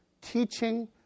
teaching